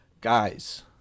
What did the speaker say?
Guys